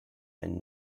and